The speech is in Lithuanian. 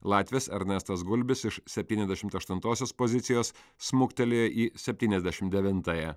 latvis ernestas gulbis iš septyniasdešimt aštuntosios pozicijos smuktelėjo į septyniasdešim devintąją